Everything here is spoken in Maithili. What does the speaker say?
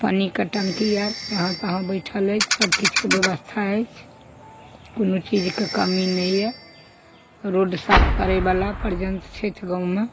पानिके टंकी आर जहाँ तहाँ बैठल अछि सबकिछुके व्यवस्था अछि कोनो चीजके कमी नहि यऽ रोड साफ करय बला पर्यन्त छथि गाँवमे